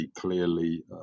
clearly